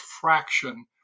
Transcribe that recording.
fraction